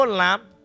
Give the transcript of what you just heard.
lamp